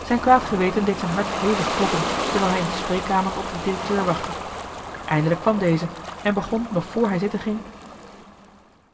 zijn kwaad geweten deed zijn hart hevig kloppen terwijl hij in de spreekkamer op den directeur wachtte eindelijk kwam deze en begon nog vr hij zitten ging